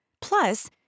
Plus